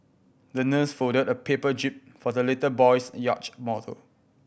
the nurse folded a paper jib for the little boy's yacht model